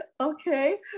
Okay